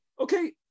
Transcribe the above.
okay